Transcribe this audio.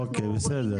אוקיי בסדר.